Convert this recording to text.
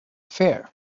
fair